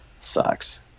sucks